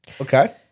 Okay